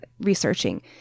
researching